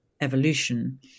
evolution